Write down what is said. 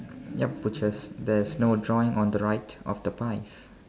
yup butchers there is no drawing on the right of the pies